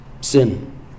sin